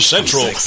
Central